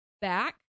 back